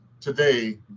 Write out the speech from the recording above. today